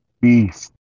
beast